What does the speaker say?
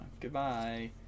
Goodbye